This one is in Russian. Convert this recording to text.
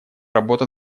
работа